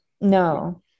no